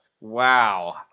Wow